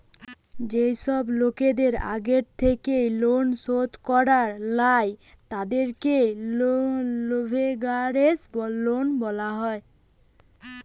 যেই সব লোকদের আগের থেকেই লোন শোধ করা লাই, তাদেরকে লেভেরাগেজ লোন বলা হয়